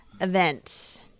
Events